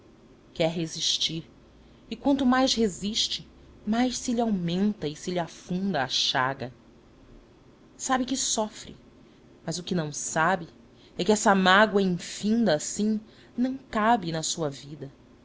quer resistir e quanto mais resiste mais se lhe aumenta e se lhe afunda a chaga sabe que sofre mas o que não sabe é que essa mágoa infinda assim não cabe na sua vida